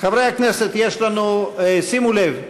חברי הכנסת, שימו לב,